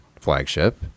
flagship